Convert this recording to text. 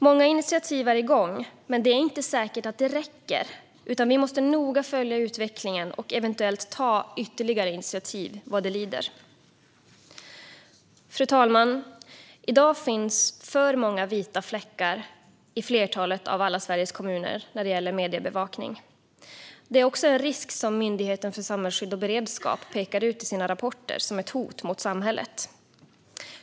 Många initiativ är igång, men det är inte säkert att det räcker, utan vi måste noga följa utvecklingen och eventuellt ta ytterligare initiativ vad det lider. Fru talman! I dag finns för många vita fläckar i flertalet av alla Sveriges kommuner när det gäller mediebevakning. Det är också en risk som Myndigheten för samhällsskydd och beredskap i sina rapporter pekar ut som ett hot mot samhället.